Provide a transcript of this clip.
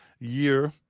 year